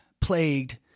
plagued